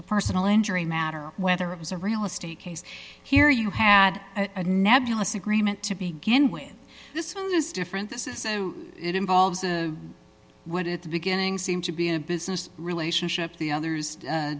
a personal injury matter or whether it was a real estate case here you had a nebulous agreement to begin with this one is different this is so it involves a what at the beginning seem to be a business relationship the others